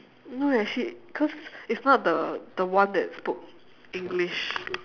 no eh she cause it's not the the one that spoke english